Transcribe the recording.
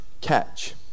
catch